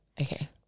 okay